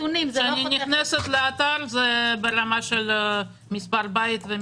כשאני נכנסת לאתר זה ברמה של מספר בית.